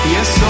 Yes